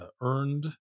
earned